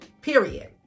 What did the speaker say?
Period